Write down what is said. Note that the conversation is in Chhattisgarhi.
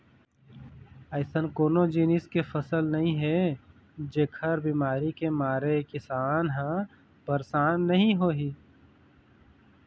अइसन कोनो जिनिस के फसल नइ हे जेखर बिमारी के मारे किसान ह परसान नइ होही